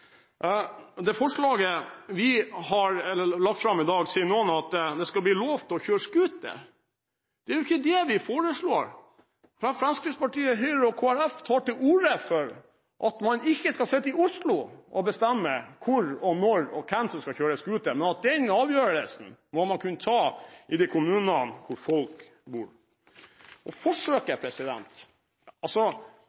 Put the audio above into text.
det forslaget vi har lagt fram i dag, sier noen at det skal bli lov å kjøre scooter. Det er jo ikke det vi foreslår. Fremskrittspartiet, Høyre og Kristelig Folkeparti tar til orde for at man ikke skal sitte i Oslo og bestemme hvor og når og hvem som skal kjøre scooter, men at den avgjørelsen må man kunne ta i de kommunene hvor folk bor. Og